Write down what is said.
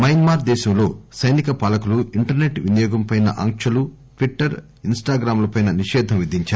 Myanmar దేశంలో సైనిక పాలకులు ఇంటర్నెట్ వినియోగంపై ఆంక్షలు ట్విట్టర్ ఇస్ స్టా గ్రామ్ లపై నిషేధం విధించారు